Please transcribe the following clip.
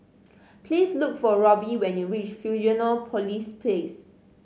please look for Robbie when you reach Fusionopolis Place